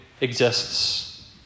exists